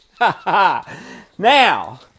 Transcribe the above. Now